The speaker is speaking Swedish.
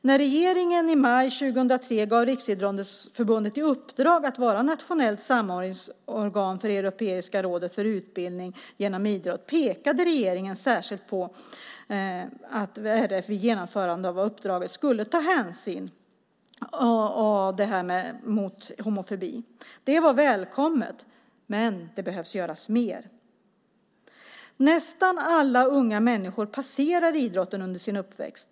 När regeringen i maj 2003 gav Riksidrottsförbundet i uppdrag att vara nationellt samordningsorgan för Europeiska rådet för utbildning genom idrott pekade regeringen särskilt på att värdar för genomförande av uppdrag skulle ta ställning mot homofobin. Det var välkommet. Men det behöver göras mer. Nästan alla unga människor passerar idrotten under sin uppväxt.